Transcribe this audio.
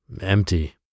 empty